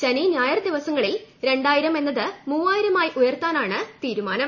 ശനി ഞായർ ദിവസങ്ങളിൽ രണ്ടായിരം എന്നത് മൂവായിരമായി ഉയർത്താനാണ് തീരുമാനം